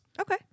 Okay